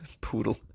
Poodle